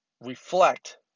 reflect